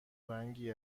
رنگی